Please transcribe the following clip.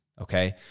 okay